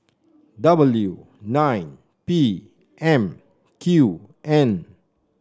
W nine P M Q N